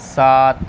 سات